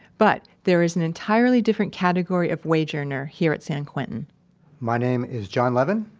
but there is an entirely different category of wage earner here at san quentin my name is john levin,